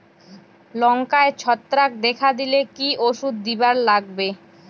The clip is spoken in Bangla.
লঙ্কায় ছত্রাক দেখা দিলে কি ওষুধ দিবার লাগবে?